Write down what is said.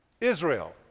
Israel